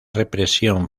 represión